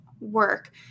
work